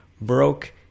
broke